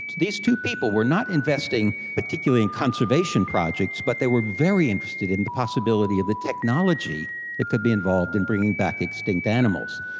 these two people were not investing particularly in conservation projects but they were very interested in the possibility of the technology that could be involved in bringing back extinct animals.